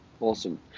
Awesome